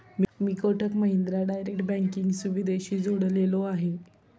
मी Kotak Mahindra direct banking सुविधेशी जोडलेलो आहे?